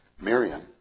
Miriam